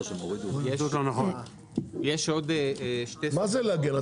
מה זה להגן?